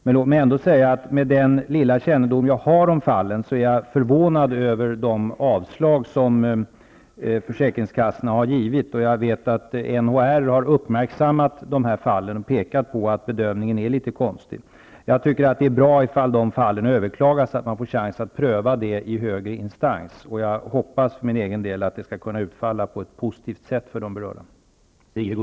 Men låt mig ändå säga att jag med den lilla kännedom som jag har om fallen är förvånad över de avslag som försäkringskassorna har givit. Och jag vet att NHR har uppmärksammat dessa fall och pekat på att bedömningen är litet konstig. Jag tycker att det är bra om dessa fall överklagas, så att det blir möjligt att pröva dem i högre instans. Jag hoppas för min egen del att det skall kunna utfalla på ett positivt sätt för de berörda.